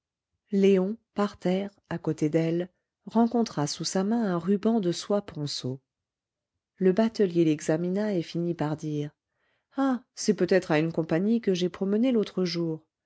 léon par terre à côté d'elle rencontra sous sa main un ruban de soie ponceau le batelier l'examina et finit par dire ah c'est peut-être à une compagnie que j'ai promenée l'autre jour